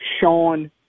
Sean